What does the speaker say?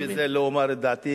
אני בזה לא אומר את דעתי,